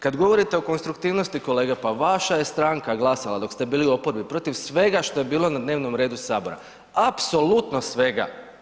Kada govorite o konstruktivnosti kolega, pa vaša je stranka glasala dok ste bili u oporbi protiv svega što je bilo na dnevnom redu Saboru, apsolutno svega.